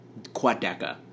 quadeca